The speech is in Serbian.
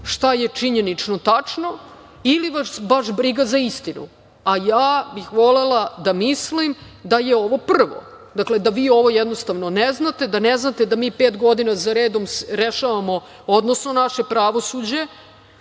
šta je činjenično tačno ili vas baš briga za istinu, a ja bih volela da mislim da je ovo prvo, dakle, da vi ovo jednostavno ne znate, da ne znate da mi pet godina za redom rešavamo, odnosno naše pravosuđe,